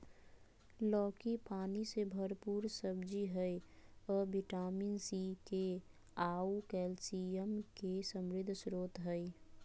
लौकी पानी से भरपूर सब्जी हइ अ विटामिन सी, के आऊ कैल्शियम के समृद्ध स्रोत हइ